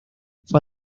fue